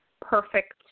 Perfect